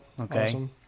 Okay